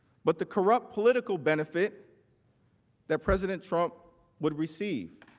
but the corrupt political benefit that president trump would receive.